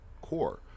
core